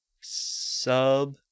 sub